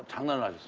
hello.